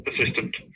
assistant